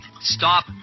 stop